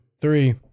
three